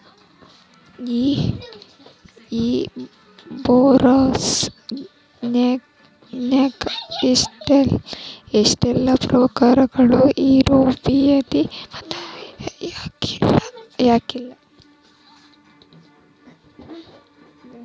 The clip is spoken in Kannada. ಈ ಬಾರೊವರ್ಸ್ ನ್ಯಾಗ ಇಷ್ಟೆಲಾ ಪ್ರಕಾರಗಳು ಇರೊಬದ್ಲಿ ಒಂದನ ಯಾಕಿಲ್ಲಾ?